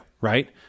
Right